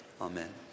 Amen